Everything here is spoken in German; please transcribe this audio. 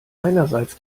einerseits